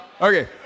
Okay